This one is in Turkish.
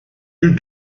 bir